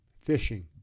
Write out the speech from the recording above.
fishing